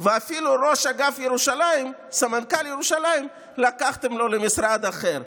ואפילו את סמנכ"ל ירושלים לקחתם לו למשרד אחר.